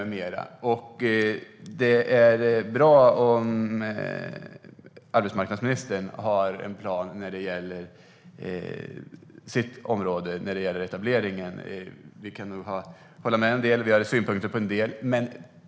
Det är bra om arbetsmarknadsministern har en plan när det gäller sitt område - etableringen. Vi kan hålla med om en del. Vi har synpunkter på en del.